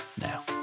Now